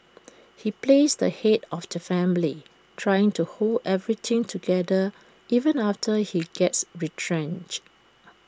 he plays the Head of the family trying to hold everything together even after he gets retrenched